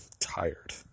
tired